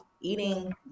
eating